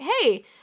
hey-